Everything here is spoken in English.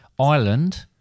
Ireland